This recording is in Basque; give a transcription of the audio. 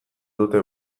dute